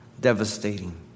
devastating